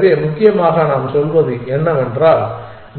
எனவே முக்கியமாக நாம் சொல்வது என்னவென்றால்